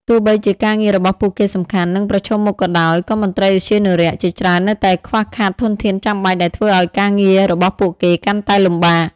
ទោះបីជាការងាររបស់ពួកគេសំខាន់ និងប្រឈមមុខក៏ដោយ ក៏មន្ត្រីឧទ្យានុរក្សជាច្រើននៅតែខ្វះខាតធនធានចាំបាច់ ដែលធ្វើឲ្យការងាររបស់ពួកគេកាន់តែលំបាក។